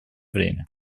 время